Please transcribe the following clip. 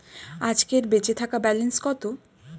আজকের বেচে থাকা ব্যালেন্স কত?